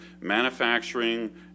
manufacturing